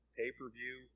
pay-per-view